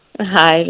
hi